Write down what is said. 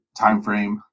timeframe